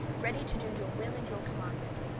ready to do your will and your commandment.